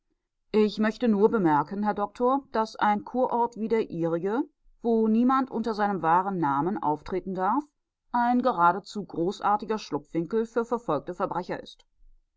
ich möchte nur bemerken herr doktor daß ein kurort wie der ihrige wo niemand unter seinem wahren namen auftreten darf ein geradezu großartiger schlupfwinkel für verfolgte verbrecher ist